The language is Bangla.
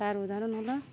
তার উদাহরণ হলো